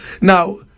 Now